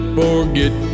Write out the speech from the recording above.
forget